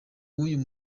w’uyu